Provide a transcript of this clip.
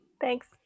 Thanks